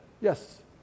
Yes